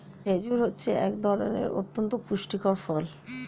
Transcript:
খেজুর হচ্ছে এক ধরনের অতন্ত পুষ্টিকর ফল